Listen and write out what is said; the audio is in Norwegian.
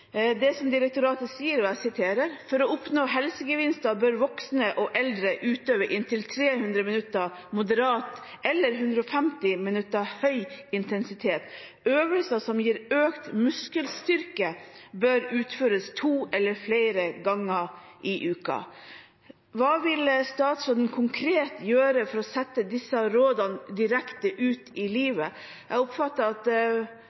Direktoratet sier: «For å oppnå helsegevinster bør voksne og eldre utøve inntil 300 minutter med moderat fysisk aktivitet i uken, eller utføre inntil 150 minutter med høy intensitet». Og videre: «Øvelser som gir økt muskelstyrke bør utføres to eller flere dager i uken.» Hva vil statsråden gjøre konkret for å sette disse rådene direkte ut i livet? Jeg oppfattet at